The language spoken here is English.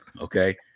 Okay